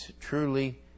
truly